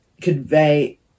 convey